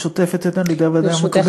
שוטפת הן על-ידי הוועדה המקומית והן על-ידינו.